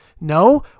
No